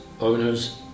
owners